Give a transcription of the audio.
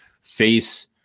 face